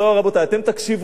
אתם תקשיבו לי עכשיו.